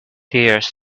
tears